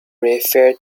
refer